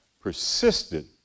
persisted